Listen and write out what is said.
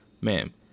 Ma'am